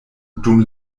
dum